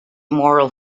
moral